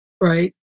Right